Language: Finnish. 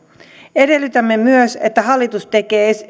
edellytämme myös että hallitus tekee